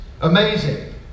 amazing